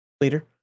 later